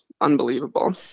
Unbelievable